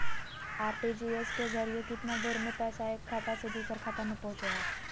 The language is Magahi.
आर.टी.जी.एस के जरिए कितना देर में पैसा एक खाता से दुसर खाता में पहुचो है?